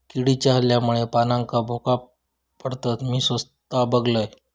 किडीच्या हल्ल्यामुळे पानांका भोका पडतत, मी स्वता बघलंय